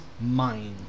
mind